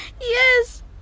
Yes